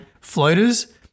floaters